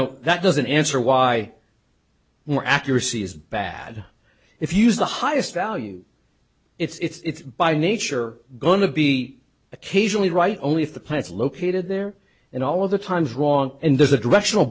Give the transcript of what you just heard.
know that doesn't answer why more accuracy is bad if you use the highest value it's by nature going to be occasionally right only if the plants located there and all of the times wrong and there's a directional